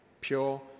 Pure